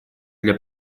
для